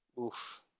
Oof